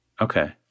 Okay